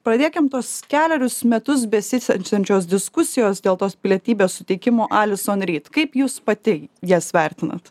pradėkim tuos kelerius metus besisęsiančiančios diskusijos dėl tos pilietybės suteikimo alius onryt kaip jūs pati jas vertinat